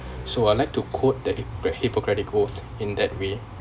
so I'd like to quote that hippocra~ hippocratic oath in that way